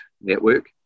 Network